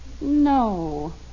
No